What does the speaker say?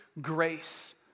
grace